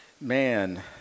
man